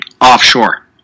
offshore